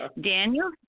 Daniel